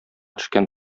төшкән